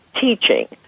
teaching